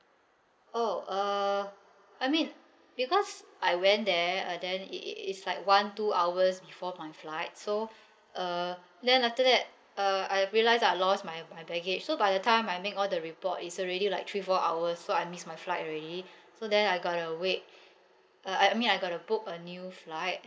oh uh I mean because I went there uh then it it it's like one two hours before my flight so uh then after that uh I realise I lost my my baggage so by the time I make all the report is already like three four hours so I miss my flight already so then I got to wait uh I mean I got to book a new flight